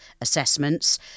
assessments